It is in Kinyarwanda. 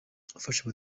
afasha